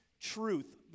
truth